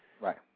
Right